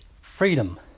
freedom